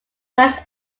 west